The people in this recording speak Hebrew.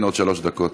עוד שלוש דקות.